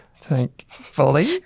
thankfully